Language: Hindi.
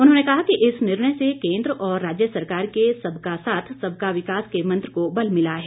उन्होंने कहा कि इस निर्णय से केन्द्र और राज्य सरकार के सबका साथ सबका विकास के मंत्र को बल मिला है